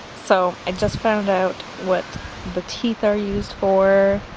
so i just found out what the teeth are used for